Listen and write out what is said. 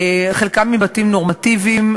חלקם מבתים נורמטיביים,